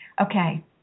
Okay